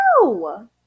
No